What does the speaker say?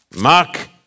Mark